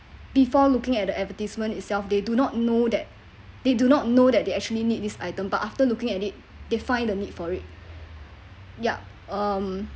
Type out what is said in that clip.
before looking at the advertisement itself they do not know that they do not know that they actually need this item but after looking at it they find the need for it ya um